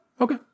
Okay